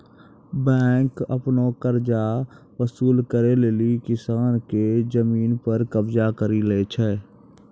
bank आपनो कर्जा वसुल करै लेली किसान के जमिन पर कबजा करि लै छै